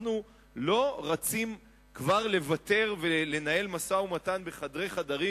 אנחנו לא רצים כבר לוותר ולנהל משא-ומתן בחדרי חדרים,